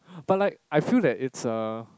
but like I feel that it's a